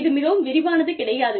இது மிகவும் விரிவானது கிடையாது